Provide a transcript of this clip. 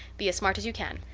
be as smart as you can.